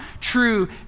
true